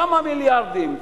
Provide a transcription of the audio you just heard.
כמה מיליארדים,